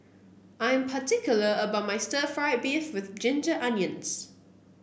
I am particular about my Stir Fried Beef with Ginger Onions